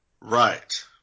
Right